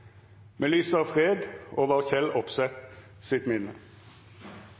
Me lyser fred over Kjell Opseths minne.